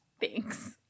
Thanks